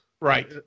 Right